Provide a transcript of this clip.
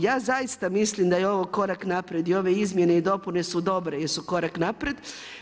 Ja zaista mislim da je ovo korak naprijed i ove izmjene i dopune su dobre jer su korak naprijed.